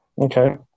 Okay